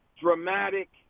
dramatic